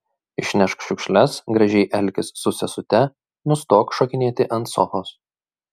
išnešk šiukšles gražiai elkis su sesute nustok šokinėti ant sofos